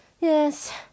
Yes